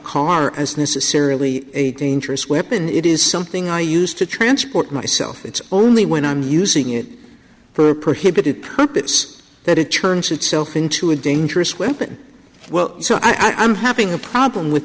car as necessarily a dangerous weapon it is something i used to transport myself it's only when i'm using it for a prohibited purpose that it turns itself into and interest weapon well so i'm having a problem with